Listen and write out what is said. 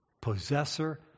possessor